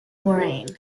moraine